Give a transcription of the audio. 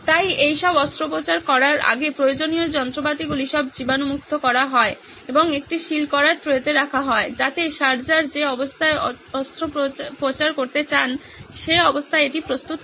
তাই এই সব অস্ত্রোপচার করার আগে প্রয়োজনীয় যন্ত্রপাতিগুলি সব জীবাণুমুক্ত করা হয় এবং একটি সিল করা ট্রেতে রাখা হয় যাতে সার্জার যে অবস্থায় অস্ত্রোপচার করতে চান সে অবস্থায় এটি প্রস্তুত থাকে